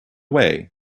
way